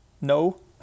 No